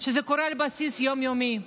זה קורה על בסיס יום-יומי.